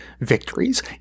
victories